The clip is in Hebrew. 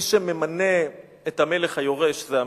מי שממנה את המלך היורש זה המלך,